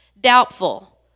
doubtful